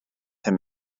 him